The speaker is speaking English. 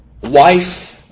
Wife